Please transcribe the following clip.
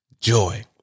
joy